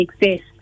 exist